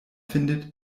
findet